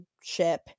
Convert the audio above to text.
ship